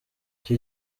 icyo